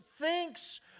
thinks